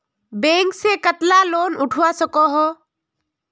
Bank से कतला loan उठवा सकोही?